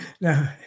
no